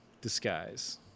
disguise